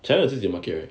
china 有自己 market right